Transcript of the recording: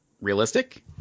realistic